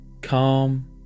calm